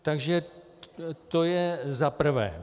Takže to je zaprvé.